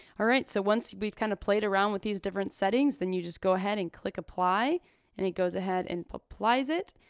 alright, so once we've kinda kind of played around with these different settings then you just go ahead and click apply and it goes ahead and applies it.